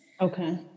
Okay